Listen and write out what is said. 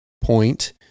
point